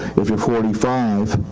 if youire forty five